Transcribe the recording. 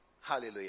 Hallelujah